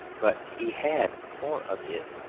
but he had more of it.